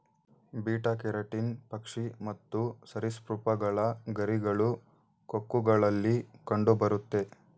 beta keratin ಪಕ್ಷಿ ಮತ್ತು ಸರಿಸೃಪಗಳ ಗರಿಗಳು, ಕೊಕ್ಕುಗಳಲ್ಲಿ ಕಂಡುಬರುತ್ತೆ